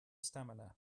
stamina